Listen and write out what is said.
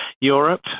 Europe